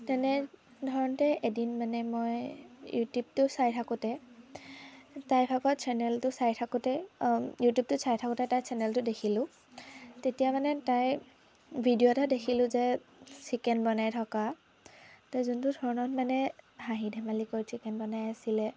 তেনে ধৰণতে এদিন মানে মই ইউটিউবটো চাই থাকোঁতে তাই ভাগৰ চেনেলটো চাই থাকোঁতে ইউটিউবটো চাই থাকোঁতে তাইৰ চেনেলটো দেখিলো তেতিয়া মানে তাই ভিডিঅ' এটা দেখিলো যে চিকেন বনাই থকা তাই যোনটো ধৰণত মানে হাঁহি ধেমালি কৰি চিকেন বনাই আছিলে